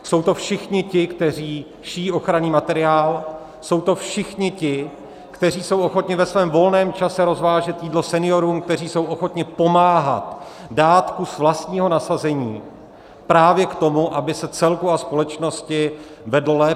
Jsou to všichni ti, kteří šijí ochranný materiál, jsou to všichni ti, kteří jsou ochotni ve svém volném čase rozvážet jídlo seniorům, kteří jsou ochotni pomáhat, dát kus vlastního nasazení právě k tomu, aby se celku a společnosti vedlo lépe.